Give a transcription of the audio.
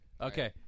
Okay